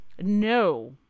No